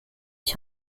ich